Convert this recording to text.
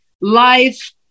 life